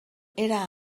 era